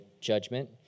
judgment